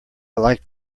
like